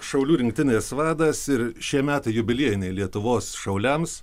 šaulių rinktinės vadas ir šie metai jubiliejiniai lietuvos šauliams